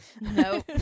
No